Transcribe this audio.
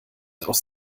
aus